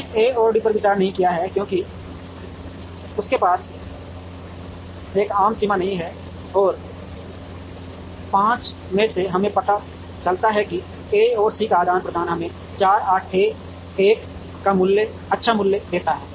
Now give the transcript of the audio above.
हमने ए और डी पर विचार नहीं किया है क्योंकि उनके पास एक आम सीमा नहीं है और 5 में से हमें पता चलता है कि ए और सी का आदान प्रदान हमें 4 81 का अच्छा मूल्य देता है